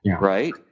Right